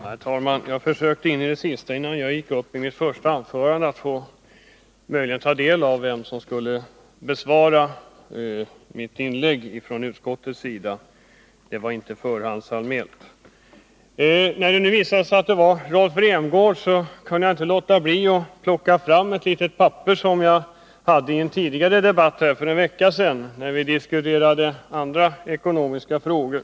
Herr talman! Jag försökte in i det sista, innan jag gick upp i mitt första anförande, att få veta vem som från utskottets sida skulle bemöta mitt inlägg. Det var nämligen inte förhandsanmält. När det nu visade sig att det var Rolf Rämgård kan jag inte låta bli att plocka fram ett litet papper som jag använde i debatten här för en vecka sedan, då vi diskuterade andra ekonomiska frågor.